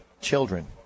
children